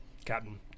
Captain